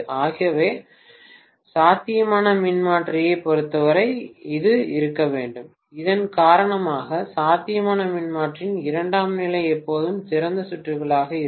ஆகவே சாத்தியமான மின்மாற்றியைப் பொருத்தவரை இது இருக்க வேண்டும் இதன் காரணமாக சாத்தியமான மின்மாற்றியின் இரண்டாம் நிலை எப்போதும் திறந்த சுற்றுகளாக இருக்கும்